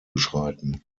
beschreiten